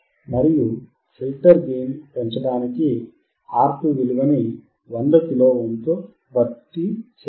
మరియు filter gain పెంచడానికి R2 విలువని 100 కిలో ఓమ్ తో భర్తీ చేయండి